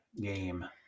game